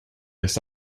this